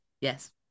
Yes